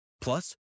Plus